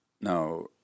Now